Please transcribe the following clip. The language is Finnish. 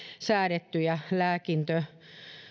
säädettyjä lääkintölaillisia